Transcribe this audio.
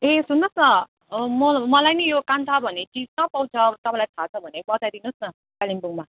ए सुन्नुहोस् न मलाई नि यो कान्था भन्ने चिज कहाँ पाउँछ तपाईँलाई थाहा छ भने बताइदिनु होस् न कालिम्पोङमा